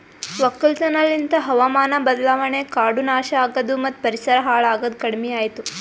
ಒಕ್ಕಲತನ ಲಿಂತ್ ಹಾವಾಮಾನ ಬದಲಾವಣೆ, ಕಾಡು ನಾಶ ಆಗದು ಮತ್ತ ಪರಿಸರ ಹಾಳ್ ಆಗದ್ ಕಡಿಮಿಯಾತು